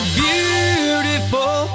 beautiful